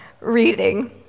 reading